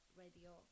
radio